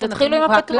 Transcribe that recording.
נכון, תתחילו עם הפתוח.